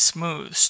Smooth